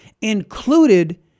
included